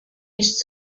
used